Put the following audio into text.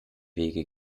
wege